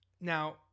Now